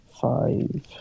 five